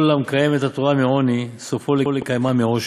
כל המקיים את התורה מעוני, סופו לקיימה מעושר,